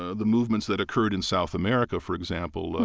ah the movements that occurred in south america, for example,